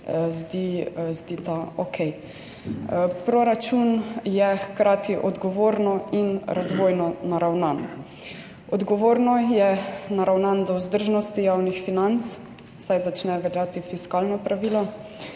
zdijo okej. Proračun je hkrati odgovorno in razvojno naravnan. Odgovorno je naravnan do vzdržnosti javnih financ, saj začne veljati fiskalno pravilo.